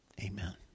Amen